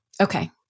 Okay